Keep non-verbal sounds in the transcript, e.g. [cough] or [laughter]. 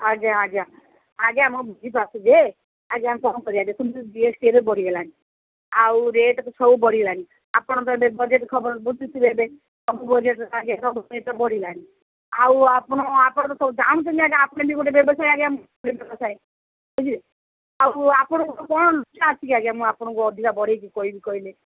ଆଜ୍ଞା ଆଜ୍ଞା ଆଜ୍ଞା ମୁଁ ବୁଝିପାରୁଛି ଯେ ଆଜ୍ଞା କ'ଣ କରିବା ଦେଖନ୍ତୁ ଜି ଏସ୍ ଟି ଏବେ ବଢ଼ିଗଲାଣି ଆଉ ରେଟ୍ ତ ସବୁ ବଢ଼ିଗଲାଣି ଆପଣଙ୍କର ତ ଏବେ ବଜେଟ୍ ଖବର ବୁଝୁଥିବେ ଏବେ ସବୁ ବଜେଟ୍ [unintelligible] ସବୁ ଜିନିଷ ବଢ଼ିଲାଣି ଆଉ ଆପଣ ଆପଣ ତ ସବୁ ଜାଣୁଛନ୍ତି ଆଜ୍ଞା ଆପଣ ଏମତି ଗୋଟେ ବ୍ୟବସାୟ ଆଜ୍ଞା [unintelligible] ବ୍ୟବସାୟ ବୁଝିଲେ ଆଉ ଆପଣଙ୍କୁ କ'ଣ ଲୁଚା ଅଛି କି ଆଜ୍ଞା ମୁଁ ଆପଣଙ୍କୁ ଅଧିକା ବଢ଼େଇକି କହିବି କହିଲେ